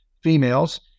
females